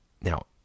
Now